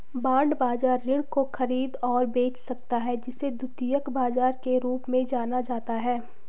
bond बाजार ऋण को खरीद और बेच सकता है जिसे द्वितीयक बाजार के रूप में जाना जाता है